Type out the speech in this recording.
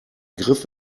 griff